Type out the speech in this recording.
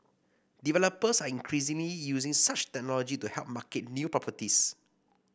developers are increasingly using such technology to help market new properties